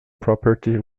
property